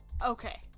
Okay